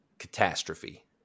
Catastrophe